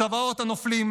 צוואות הנופלים,